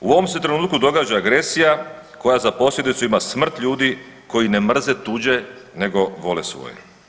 U ovom se trenutku događa agresija koja za posljedicu ima smrt ljudi koji ne mrze tuđe, nego vole svoje.